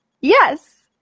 Yes